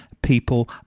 people